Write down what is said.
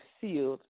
sealed